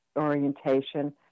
orientation